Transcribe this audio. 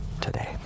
today